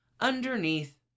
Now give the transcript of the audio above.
underneath